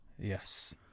Yes